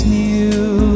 new